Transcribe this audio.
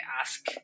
ask